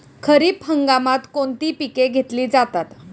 खरीप हंगामात कोणती पिके घेतली जातात?